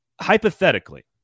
hypothetically